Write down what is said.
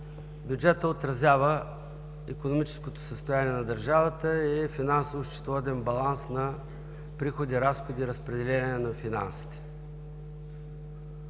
бюджетът отразява икономическото състояние на държавата и е финансово-счетоводен баланс на приходи, разходи, разпределение на финансите.